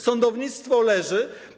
Sądownictwo leży.